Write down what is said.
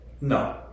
No